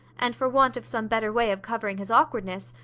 and for want of some better way of covering his awkwardness,